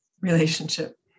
relationship